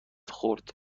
خورد